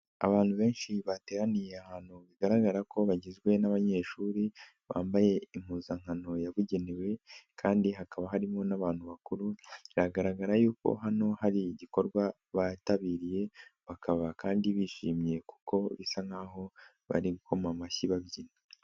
Abantu benshi bateraniye ahantu bigaragara ko bagizwe n'abanyeshuri, bambaye impuzankano yabugenewe kandi hakaba harimo n'abantu bakuru, biragaragara yuko hano hari igikorwa bitabiriye, bakaba kandi bishimye kuko bisa nk'aho bari gukoma amashyi babyina.